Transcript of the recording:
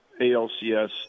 ALCS